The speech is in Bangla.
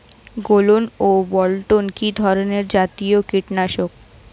গোলন ও বলটন কি ধরনে জাতীয় কীটনাশক?